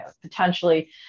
potentially